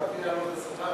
גם אז יעלו את השכר,